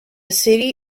city